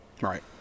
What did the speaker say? Right